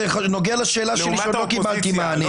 זה נוגע לשאלה שאני שואל ולא קיבלתי מענה.